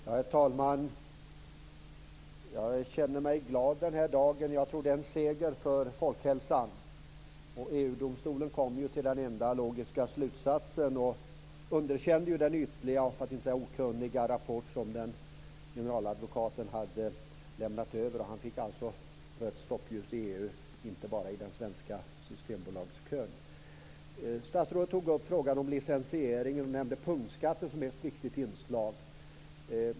Herr talman! Jag känner mig glad den här dagen. Jag tror att det är en seger för folkhälsan. EG domstolen kom till den enda logiska slutsatsen och underkände den ytliga, för att inte säga okunniga, rapport som generaladvokaten hade lämnat över. Han fick alltså rött stoppljus i EU, inte bara i den svenska systembolagskön. Statsrådet tog upp frågan om licensiering. Hon nämnde punktskatter som ett viktigt inslag.